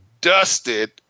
dusted